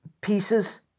pieces